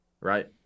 right